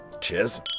Cheers